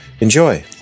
Enjoy